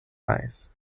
eyes